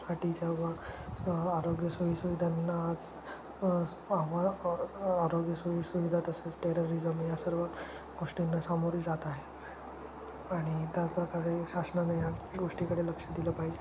साठी जेव्हा आरोग्य सोयीसुविधांना आज आम्हाला आरोग्य सोयीसुविधा तसेच टेररिजम या सर्व गोष्टींना सामोरे जात आहे आणि त्याप्रकारे शासनाने या गोष्टीकडे लक्ष दिलं पाहिजे